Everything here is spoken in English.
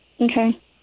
Okay